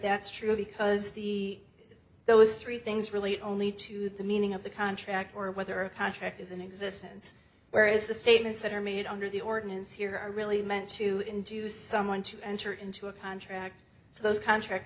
that's true because the those three things really only to the meaning of the contract or whether a contract is in existence where is the statements that are made under the ordinance here are really meant to induce someone to enter into a contract so those contract